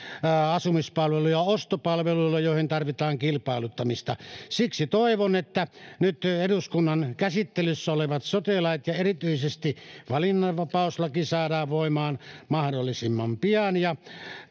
asumispalveluja ostopalveluilla joihin tarvitaan kilpailuttamista siksi toivon että nyt eduskunnan käsittelyssä olevat sote lait ja erityisesti valinnananvapauslaki saadaan voimaan mahdollisimman pian ja